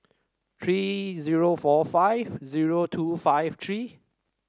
three zero four five zero two five three